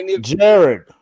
Jared